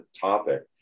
topic